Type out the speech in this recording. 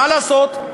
מה לעשות,